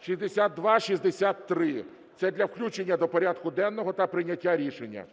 6263. Це для включення до порядку денного та прийняття рішення.